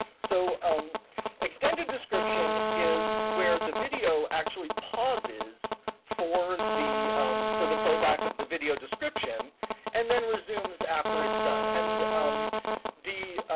so um extended description is where the video actually pauses for the for the play-back of the video description and then resumed after it's done. and um the